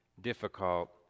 difficult